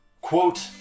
quote